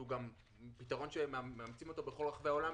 והוא פתרון שגם מאמצים אותו בכל רחבי העולם,